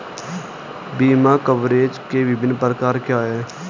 बीमा कवरेज के विभिन्न प्रकार क्या हैं?